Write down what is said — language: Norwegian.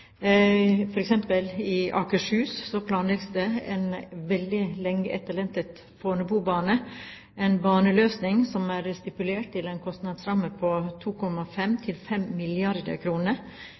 Akershus planlegges det en veldig lenge etterlengtet fornebubane, en baneløsning som er stipulert til å ha en kostnadsramme på